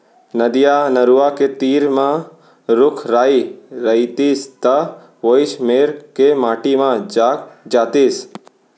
नदिया, नरूवा के तीर म रूख राई रइतिस त वोइच मेर के माटी म जाग जातिस